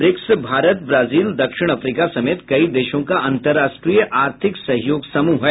BRICS Bharat Brazil दक्षिण अफ्रीका समेत कई देशों का अंतर्राष्ट्रीय आर्थिक सहयोग समूह है